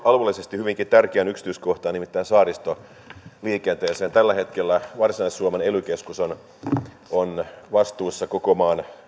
alueellisesti hyvinkin tärkeään yksityiskohtaan nimittäin saaristoliikenteeseen tällä hetkellä varsinais suomen ely keskus on vastuussa koko maan